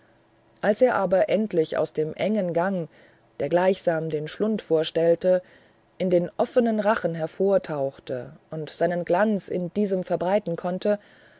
als er aber endlich aus dem engen gang der gleichsam den schlund vorstellte in den offenen rachen hervortauchte und seinen glanz in diesem verbreiten konnte